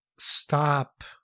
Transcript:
stop